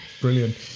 brilliant